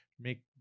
make